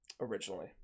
Originally